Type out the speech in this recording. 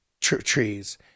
trees